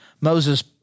Moses